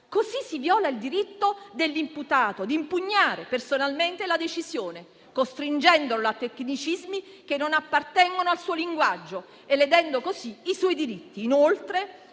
così si viola il diritto dell'imputato di impugnare personalmente la decisione, costringendolo a tecnicismi che non appartengono al suo linguaggio e ledendo così i suoi diritti. Inoltre,